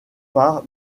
par